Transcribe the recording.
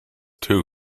two